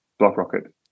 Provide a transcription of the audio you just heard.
BlockRocket